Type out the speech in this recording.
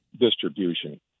distribution